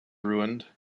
ruined